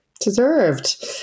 Deserved